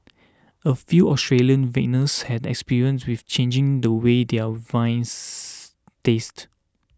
a few Australian vintners had experimented with changing the way their wines taste